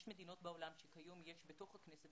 יש מדינות בעולם שכיום יש בתוך הכנסת,